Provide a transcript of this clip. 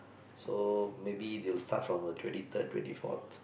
so maybe they will start from uh twenty third twenty fourth